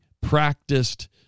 practiced